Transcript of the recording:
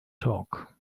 talk